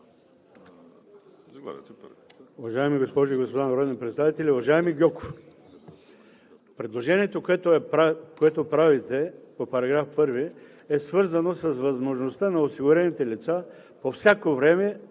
Уважаеми госпожи и господа народни представители! Уважаеми Гьоков, предложението, което правите по § 1, е свързано с възможността на осигурените лица по всяко време